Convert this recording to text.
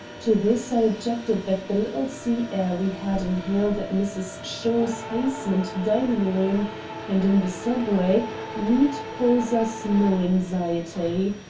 to this i objected that the little sea air we had inhaled at mrs. shaw's basement dining-room and in the subway need cause us no anxiety.